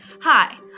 Hi